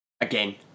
Again